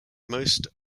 most